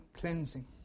cleansing